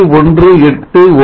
18 Volts